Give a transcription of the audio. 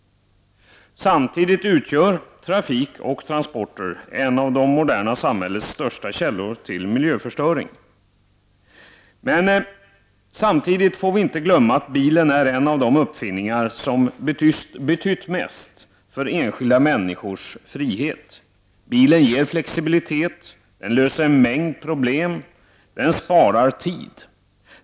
Samtidigt utgör trafik och transporter en av det moderna samhällets största källor till miljöförstöring. Vi får samtidigt inte glömma att bilen är en av de uppfinningar som betytt mest för enskilda människors frihet. Bilen ger flexibilitet, den löser en mängd problem, den spar tid.